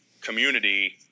community